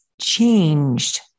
changed